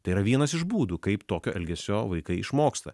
tai yra vienas iš būdų kaip tokio elgesio vaikai išmoksta